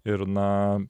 ir na